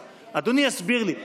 עכשיו, אדוני יסביר לי האם,